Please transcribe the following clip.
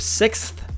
sixth